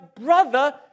brother